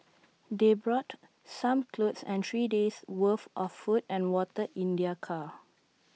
they brought some clothes and three days' worth of food and water in their car